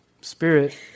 spirit